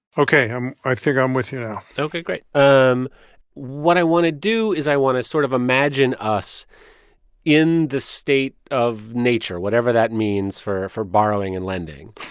ok, um i think i'm with you now ok, great. um what i want to do is i want to sort of imagine us in the state of nature, whatever that means, for for borrowing and lending.